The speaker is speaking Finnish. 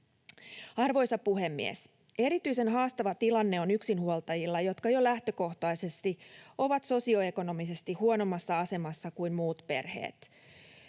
Arvoisa puhemies! Erityisen haastava tilanne on yksinhuoltajilla, jotka jo lähtökohtaisesti ovat sosioekonomisesti huonommassa asemassa kuin muut perheet.